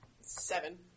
Seven